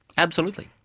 absolutely.